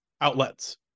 outlets